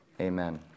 Amen